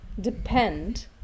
depend